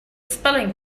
spelling